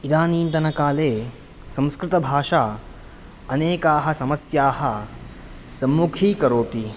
इदानींतनकाले संस्कृतभाषा अनेकाः समस्याः सम्मुखीकरोति